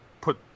put